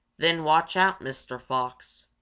then watch out, mr. fox!